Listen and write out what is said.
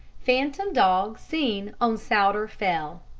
phantom dog seen on souter fell